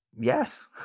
yes